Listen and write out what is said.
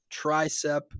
tricep